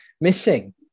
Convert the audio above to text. missing